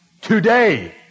Today